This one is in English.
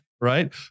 right